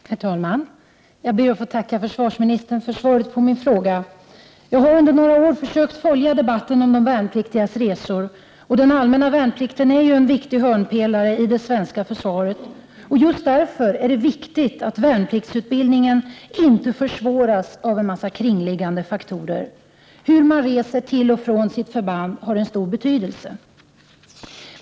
Herr talman! Jag ber att få tacka försvarsministern för svaret på min fråga. Jag har under några år försökt följa debatten om de värnpliktigas resor. Den allmänna värnplikten är en viktig hörnpelare i det svenska försvaret. Just därför är det viktigt att värnpliktsutbildningen inte försvåras av en massa kringliggande faktorer. Hur man reser till och från sitt förband har en stor betydelse.